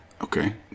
Okay